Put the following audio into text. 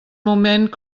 moment